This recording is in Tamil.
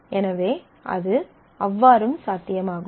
எனவே அது அவ்வாறும் சாத்தியமாகும்